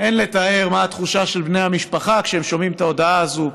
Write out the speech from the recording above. אין לתאר את התחושה של בני המשפחה כשהם שומעים את ההודעה הזאת,